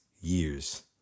years